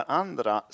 andra